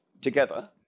together